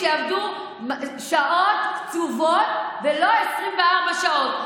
שיעבדו שעות קצובות ולא 24 שעות.